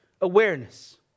awareness